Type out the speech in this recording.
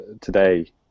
today